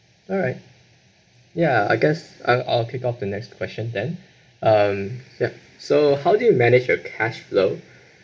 alright ya I guess I'll I'll pick up the next question then um ya so how do you manage your cashflow